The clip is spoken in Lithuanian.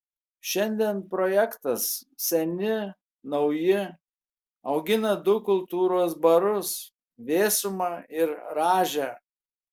šiandien projektas seni nauji augina du kultūros barus vėsumą ir rąžę